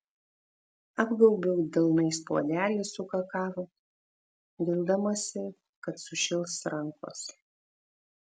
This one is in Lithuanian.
apgaubiu delnais puodelį su kakava vildamasi kad sušils rankos